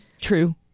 true